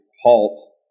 halt